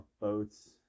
boats